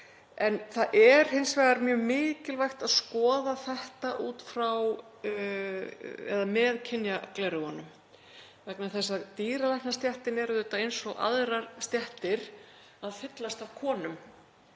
Það er hins vegar mjög mikilvægt að skoða þetta með kynjagleraugunum vegna þess að dýralæknastéttin er eins og aðrar stéttir að fyllast af konum.